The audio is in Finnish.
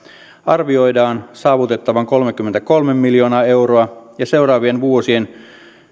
arvioidaan saavutettavan kolmekymmentäkolme miljoonaa euroa ja seuraavien vuosien